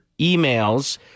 emails